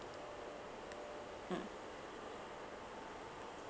mm